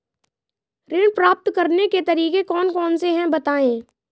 ऋण प्राप्त करने के तरीके कौन कौन से हैं बताएँ?